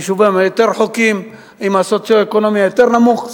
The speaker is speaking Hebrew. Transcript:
היישובים הרחוקים יותר עם מצב סוציו-אקונומי נמוך יותר,